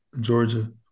Georgia